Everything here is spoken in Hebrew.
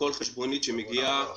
כל חשבונית שמגיעה